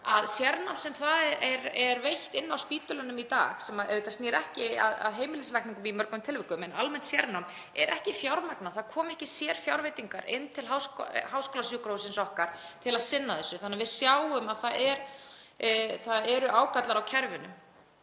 að sérnám sem veitt er inni á spítölunum í dag, sem snýr auðvitað ekki að heimilislækningum í mörgum tilvikum, en er almennt sérnám, er ekki fjármagnað, það koma ekki sérfjárveitingar inn til háskólasjúkrahússins okkar til að sinna þessu þannig að við sjáum að það eru ágallar á kerfinu.